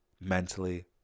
mentally